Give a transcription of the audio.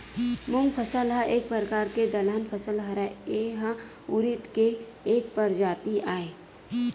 मूंग फसल ह एक परकार के दलहन फसल हरय, ए ह उरिद के एक परजाति आय